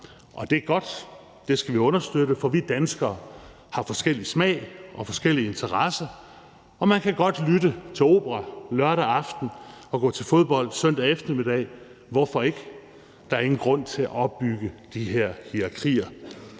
og det er godt, og det skal vi understøtte. For vi danskere har forskellig smag og forskellige interesser, og man kan godt lytte til opera lørdag aften og gå til fodbold søndag eftermiddag. Hvorfor ikke? Der er ingen grund til at opbygge de her hierarkier.